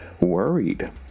Worried